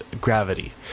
gravity